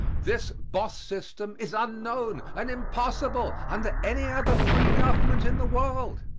this boss system is unknown and impossible under any other free government in the world.